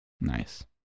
Nice